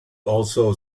also